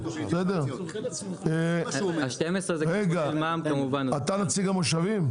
אתה נציג המושבים?